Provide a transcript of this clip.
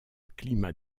climat